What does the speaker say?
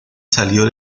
salió